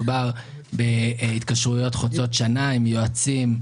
מדובר בהתקשרויות חוצות שנה עם יועצים,